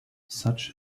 such